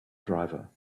driver